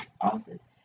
office